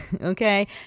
Okay